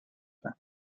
there